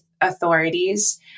authorities